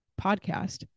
podcast